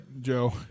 Joe